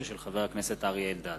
2009, של חבר הכנסת אריה אלדד.